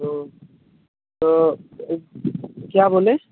तो तो क्या बोलें